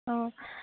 औ